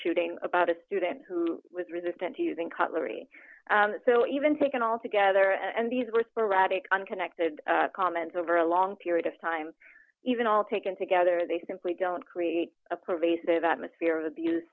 shooting about a student who was resistant to using cutlery so even taken altogether and these were sporadic unconnected comments over a long period of time even all taken together they simply don't create a pervasive atmosphere of abuse